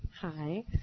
Hi